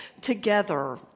together